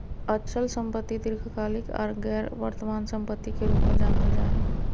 अचल संपत्ति दीर्घकालिक आर गैर वर्तमान सम्पत्ति के रूप मे जानल जा हय